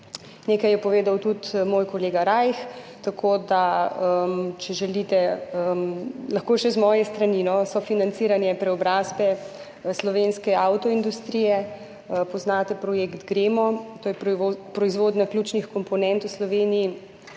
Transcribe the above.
nekaj je povedal tudi moj kolega Rajh, tako da, če želite, lahko še z moje strani. Sofinanciranje preobrazbe slovenske avtoindustrije. Poznate projekt GREMO. To je proizvodnja ključnih komponent v Sloveniji,